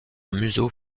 museau